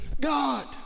God